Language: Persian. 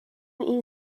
این